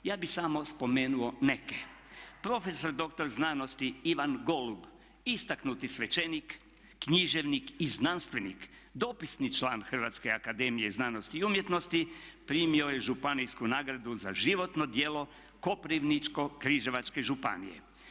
Ja bih samo spomenuo neke, prof.dr. znanosti Ivan Golub, istaknuti svećenik i znanstvenik, dopisni član Hrvatske akademije znanosti i umjetnosti primio je županijsku nagradu za životno djelo Koprivničko-križevačke županije.